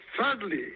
thirdly